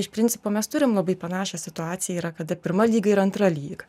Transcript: iš principo mes turim labai panašią situaciją yra kada pirma lyga ir antra lyga